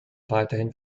weiterhin